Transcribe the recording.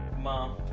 Mom